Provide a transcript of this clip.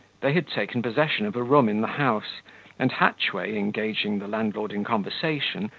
they had taken possession of a room in the house and hatchway engaging the landlord in conversation,